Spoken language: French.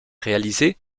réalisé